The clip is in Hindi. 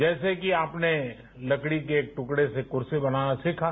जैसे की आपने लकड़ी के टुकड़े से कुर्सी बनाना सीखा